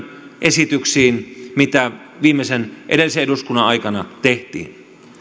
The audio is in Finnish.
esityksiin mitä edellisen eduskunnan aikana tehtiin